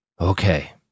Okay